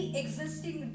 existing